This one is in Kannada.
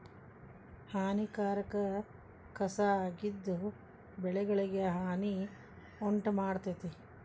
ಹಾನಿಕಾರಕ ಕಸಾ ಆಗಿದ್ದು ಬೆಳೆಗಳಿಗೆ ಹಾನಿ ಉಂಟಮಾಡ್ತತಿ